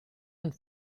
und